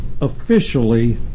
officially